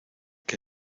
que